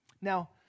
Now